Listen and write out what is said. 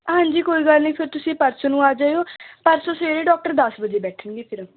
ਹਾਂਜੀ ਕੋਈ ਗੱਲ ਨਹੀਂ ਫਿਰ ਤੁਸੀਂ ਪਰਸੋਂ ਨੂੰ ਆ ਜਾਇਓ ਪਰਸੋਂ ਸਵੇਰੇ ਡਾਕਟਰ ਦਸ ਵਜੇ ਬੈਠਣਗੇ ਫਿਰ